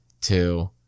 two